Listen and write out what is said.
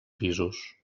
pisos